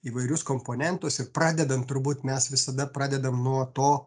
įvairius komponentus ir pradedant turbūt mes visada pradedam nuo to